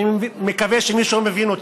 אני מקווה שמישהו מבין אותי,